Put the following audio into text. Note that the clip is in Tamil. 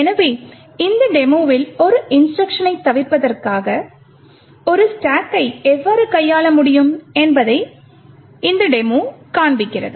எனவே இந்த டெமோவில் ஒரு இன்ஸ்ட்ருக்ஷனை தவிர்ப்பதற்கு ஒரு ஸ்டாக்கை எவ்வாறு கையாள முடியும் என்பதைக் காண்பிக்கும்